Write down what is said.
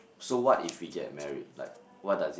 so what if we get married like what does it